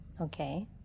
Okay